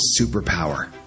superpower